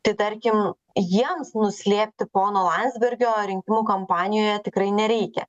tai tarkim jiems nuslėpti pono landsbergio rinkimų kampanijoje tikrai nereikia